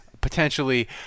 potentially